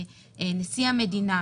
נשיא המדינה,